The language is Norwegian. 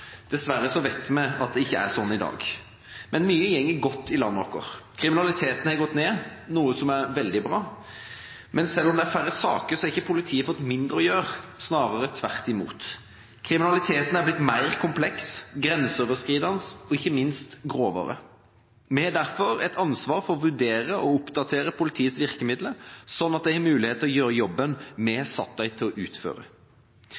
Dessverre vet vi at det ikke er slik i dag. Men mye går godt i landet vårt. Kriminaliteten har gått ned, noe som er veldig bra, men selv om det er færre saker, har ikke politiet fått mindre å gjøre – snarere tvert imot. Kriminaliteten er blitt mer kompleks, grenseoverskridende og ikke minst grovere. Vi har derfor et ansvar for å vurdere og oppdatere politiets virkemidler, slik at de har mulighet til å gjøre jobben